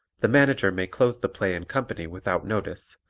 the manager may close the play and company without notice,